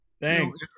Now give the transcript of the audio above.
Thanks